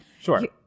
Sure